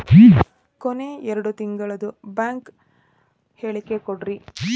ಕೊನೆ ಎರಡು ತಿಂಗಳದು ಬ್ಯಾಂಕ್ ಹೇಳಕಿ ಕೊಡ್ರಿ